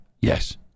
Yes